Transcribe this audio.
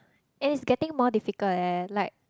and it's getting more difficult leh like